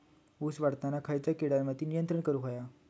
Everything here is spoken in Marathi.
ऊस वाढताना खयच्या किडींवर नियंत्रण करुक व्हया?